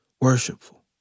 Worshipful